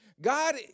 God